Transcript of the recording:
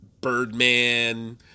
Birdman